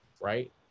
right